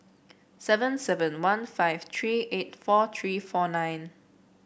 seven seven one five three eight four three four nine